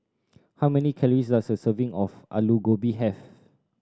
how many calories does a serving of Alu Gobi have